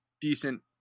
decent